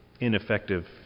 ineffective